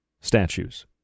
statues